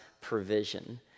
provision